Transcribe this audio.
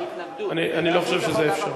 אני לא חושב שזה אפשרי.